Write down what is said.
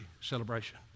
celebration